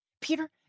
Peter